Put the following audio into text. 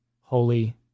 holy